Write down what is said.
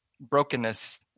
brokenness